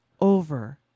over